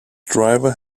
driver